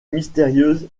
mystérieuse